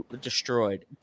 destroyed